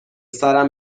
سرم